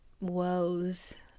woes